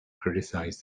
criticized